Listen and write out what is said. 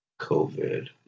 COVID